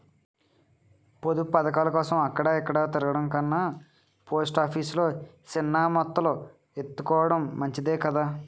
పొదుపు పదకాలకోసం అక్కడ ఇక్కడా తిరగడం కన్నా పోస్ట్ ఆఫీసు లో సిన్న మొత్తాలు ఎత్తుకోడం మంచిదే కదా